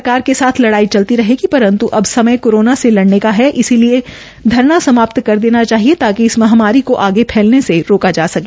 सरकार के साथ लड़ाई चलती रहेगी परंत् अब समय कोरोना से लडऩे का है इसलिए धरना समाप्त कर देना चाहिए ताकि इस महामारी को आगे फैलने से रोका जा सके